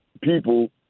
people